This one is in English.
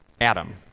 Adam